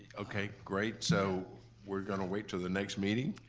okay, great, so we're gonna wait til the next meeting.